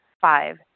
Five